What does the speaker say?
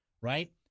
right